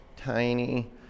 tiny